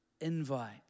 Invite